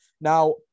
Now